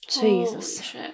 Jesus